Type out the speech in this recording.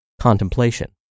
contemplation